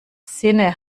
sinne